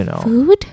Food